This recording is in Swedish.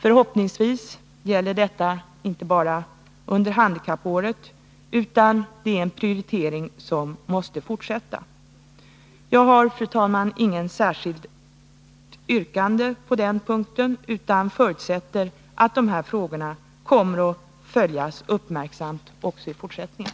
Förhoppningsvis gäller detta inte bara under handikappåret utan är en prioritering som måste fortsätta. Jag har, fru talman, inget särskilt yrkande på den punkten utan förutsätter att dessa frågor kommer att följas uppmärksamt också i fortsättningen.